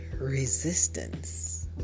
resistance